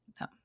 no